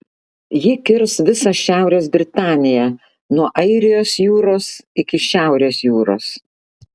ji kirs visą šiaurės britaniją nuo airijos jūros iki šiaurės jūros